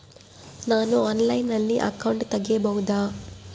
ನಾನು ಆನ್ಲೈನಲ್ಲಿ ಅಕೌಂಟ್ ತೆಗಿಬಹುದಾ?